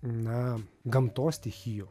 na gamtos stichijų